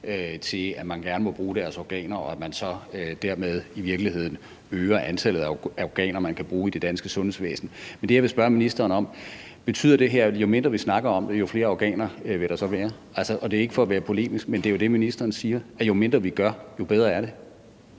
til, at man gerne må bruge deres organer, og at man så dermed i virkeligheden øger antallet af organer, der kan bruges i det danske sundhedsvæsen. Men det, jeg vil spørge ministeren om, er: Betyder det her, at jo mindre vi snakker om det, jo flere organer vil der være? Og det er ikke for at være polemisk, men det er jo det, ministeren siger, altså at jo mindre vi gør, jo bedre er det.